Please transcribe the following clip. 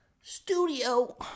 studio